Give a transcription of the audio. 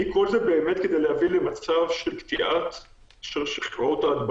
בין אם זה על-ידי פיקוד העורף וכו',